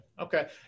Okay